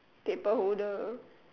paper holder